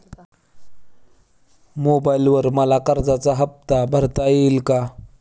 मोबाइलवर मला कर्जाचा हफ्ता भरता येईल का?